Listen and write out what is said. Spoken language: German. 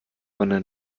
bande